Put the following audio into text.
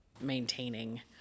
maintaining